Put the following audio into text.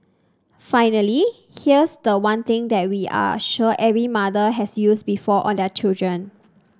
finally here's the one thing that we are sure every mother has used before on their children